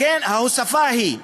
לכן ההוספה היא,